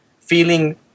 feeling